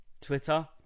Twitter